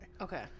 Okay